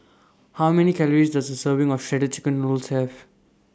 How Many Calories Does A Serving of Shredded Chicken Noodles Have